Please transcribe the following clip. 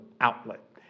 outlet